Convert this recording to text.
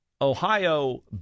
Ohio